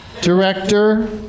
director